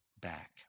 back